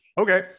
Okay